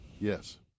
Yes